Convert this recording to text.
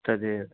तदेव